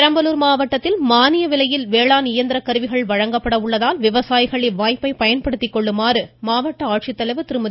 பெரம்பலூர் மாவட்டத்தில் மானிய விலையில் வேளாண் இயந்திரக்கருவிகள் வழங்கப்பட உள்ளதால் விவசாயிகள் இவ்வாய்ப்பை பயன்படுத்திக் கொள்ளுமாறு மாவட்ட ஆட்சித்தலைவர் திருமதி